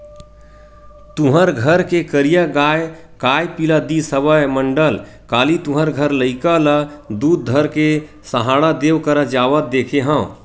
तुँहर घर के करिया गाँय काय पिला दिस हवय मंडल, काली तुँहर घर लइका ल दूद धर के सहाड़ा देव करा जावत देखे हँव?